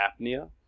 apnea